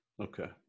Okay